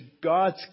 God's